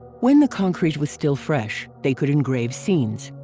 when the concrete was still fresh, they could engrave scenes.